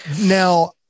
now